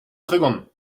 tregont